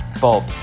Bob